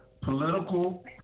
political